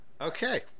Okay